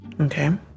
Okay